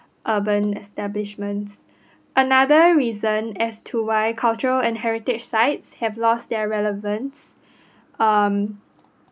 urban establishment another reason as to why culture and heritage sites have lost their relevance um